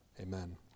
Amen